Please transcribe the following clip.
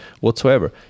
whatsoever